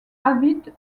avit